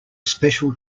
special